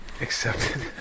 Accepted